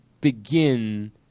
begin